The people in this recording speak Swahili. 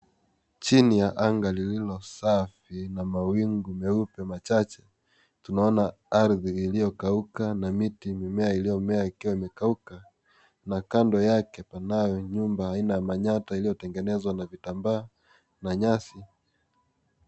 Chini ya anga lililosafi na mawingu meupe machache, tunaona ardhi iliyokauka na miti, mimea iliyomea ikiwa imekauka na kando yake panayo nyumba aina ya manyata , iliyotengenezwa na vitambaa na nyasi.